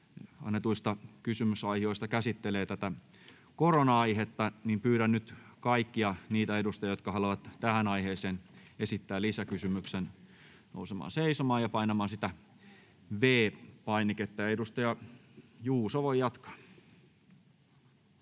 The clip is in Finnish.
annetuista kysymysaihioista käsittelee tätä korona-aihetta, joten pyydän nyt kaikkia niitä edustajia, jotka haluavat tähän aiheeseen esittää lisäkysymyksen, nousemaan seisomaan ja painamaan sitä V-painiketta. — Edustaja Juuso voi jatkaa.